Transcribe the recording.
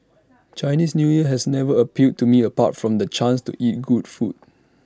Chinese New Year has never appealed to me apart from the chance to eat good food